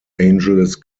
angeles